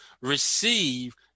receive